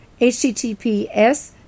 HTTPS